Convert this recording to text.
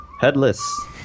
headless